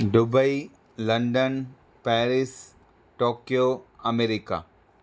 Dubai London Paris Tokyo America